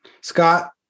Scott